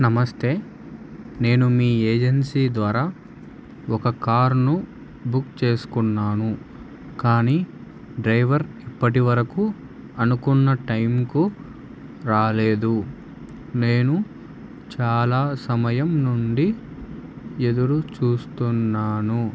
నమస్తే నేను మీ ఏజెన్సీ ద్వారా ఒక కార్ను బుక్ చేసుకున్నాను కానీ డ్రైవర్ ఇప్పటివరకు అనుకున్న టైంకు రాలేదు నేను చాలా సమయం నుండి ఎదురు చూస్తున్నాను